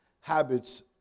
habits